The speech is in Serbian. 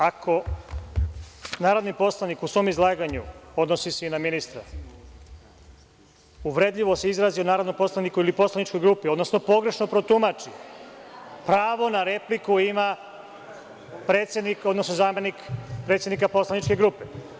Član 104. – ako narodni poslanik u svom izlaganju, odnosi se i na ministra, uvredljivo se izrazi o narodnom poslaniku ili o poslaničkoj grupi, odnosno pogrešno protumači, pravo na repliku ima predsednik odnosno zamenik predsednika poslaničke grupe.